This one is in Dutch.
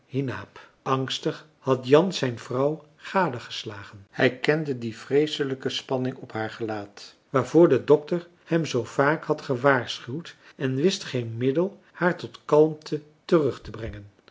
angstig had jan zijn vrouw gadegeslagen hij kende die vreeselijke spanning op haar gelaat waarvoor de dokter hem zoo vaak had gewaarschuwd en wist geen middel haar tot kalmte terugtebrengen